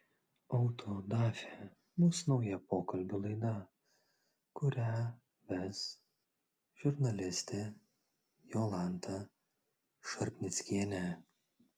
autodafė bus nauja pokalbių laida kurią ves žurnalistė jolanta šarpnickienė